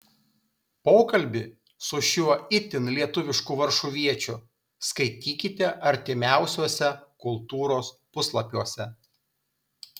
pokalbį su šiuo itin lietuvišku varšuviečiu skaitykite artimiausiuose kultūros puslapiuose